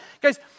Guys